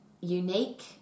unique